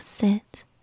Sit